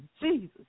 Jesus